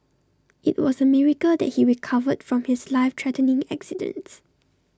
IT was A miracle that he recovered from his life threatening accidents